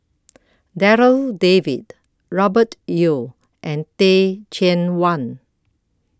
Darryl David Robert Yeo and Teh Cheang Wan